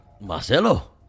Marcelo